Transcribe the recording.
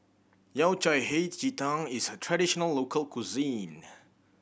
Yao Cai Hei Ji Tang is a traditional local cuisine